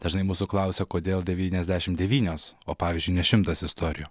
dažnai mūsų klausia kodėl devyniasdešim devynios o pavyzdžiui ne šimtas istorijų